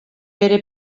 bere